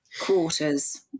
quarters